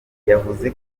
yavuze